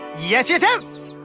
yes, yes, yes!